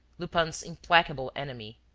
lupin's implacable enemy.